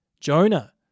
Jonah